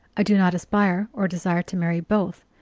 i do not aspire or desire to marry both,